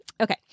Okay